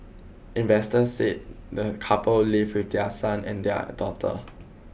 investors say the couple live with their son and their daughter